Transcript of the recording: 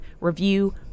review